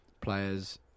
players